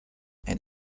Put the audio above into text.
and